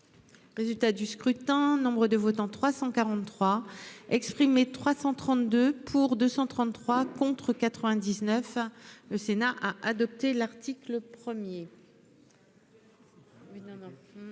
Résultat du scrutin. Nombre de votants 343 exprimés, 332 pour 233 contre 99, le Sénat a adopté l'article 1er.